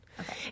Okay